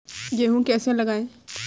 गेहूँ कैसे लगाएँ?